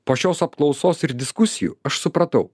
po šios apklausos ir diskusijų aš supratau